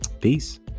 peace